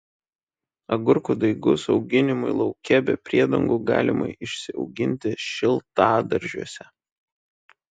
agurkų daigus auginimui lauke be priedangų galima išsiauginti šiltadaržiuose